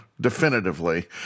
definitively